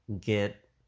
get